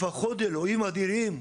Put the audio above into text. אלוהים אדירים,